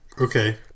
okay